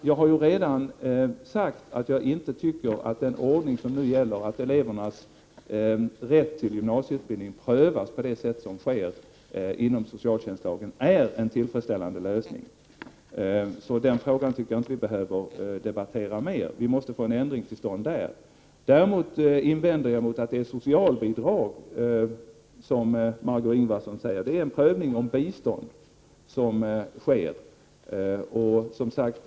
Jag har redan sagt att jag inte tycker att den ordning som nu gäller, dvs. att elevernas rätt till gymnasieutbildning prövas enligt socialtjänstlagen, är en tillfredsställande lösning, så den frågan behöver vi inte debattera mer. En ändring måste komma till stånd. Jag invänder mot det som Margö Ingvardsson säger om att det är fråga om socialbidrag. Det är en prövning om bistånd som sker.